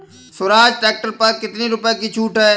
Swaraj tractor पर कितनी रुपये की छूट है?